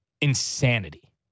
insanity